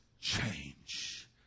change